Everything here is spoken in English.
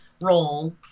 role